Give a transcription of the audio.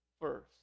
first